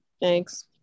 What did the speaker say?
Thanks